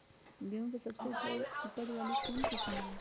गेंहू के सबसे अच्छा उपज वाली कौन किस्म हो ला?